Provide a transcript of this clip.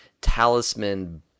Talisman